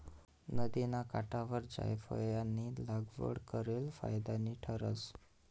नदिना काठवर जायफयनी लागवड करेल फायदानी ठरस